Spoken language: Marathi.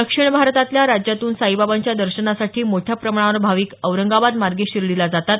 दक्षिण भारताल्या राज्यातून साईबाबांच्या दर्शनासाठी मोठ्या प्रमाणावर भाविक औरंगाबाद मार्गे शिर्डीला जातात